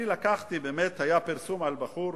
היה פרסום על בחור,